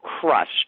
crushed